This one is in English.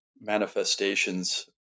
manifestations